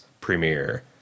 premiere